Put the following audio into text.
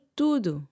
tudo